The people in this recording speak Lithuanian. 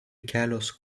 kelios